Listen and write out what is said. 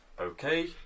Okay